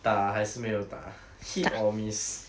打还是没有打 hit or miss